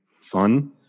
fun